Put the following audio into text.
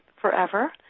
forever